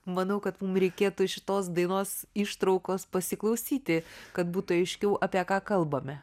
manau kad mum reikėtų šitos dainos ištraukos pasiklausyti kad būtų aiškiau apie ką kalbame